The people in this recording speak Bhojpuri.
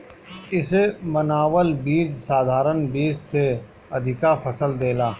इसे बनावल बीज साधारण बीज से अधिका फसल देला